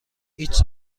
هیچ